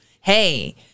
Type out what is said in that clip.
Hey